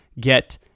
get